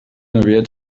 aviat